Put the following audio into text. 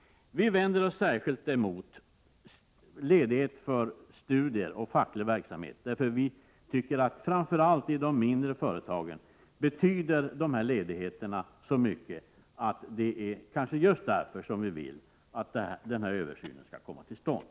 Vi vänder oss särskilt mot ledighet för studier och för facklig verksamhet. Framför allt i de mindre företagen har dessa ledigheter en stor inverkan, och kanske speciellt därför vill vi att en sådan översyn skall komma till stånd.